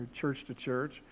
church-to-church